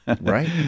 Right